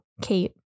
Kate